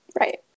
Right